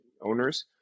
owners